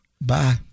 Bye